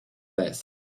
this